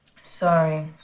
Sorry